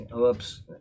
oops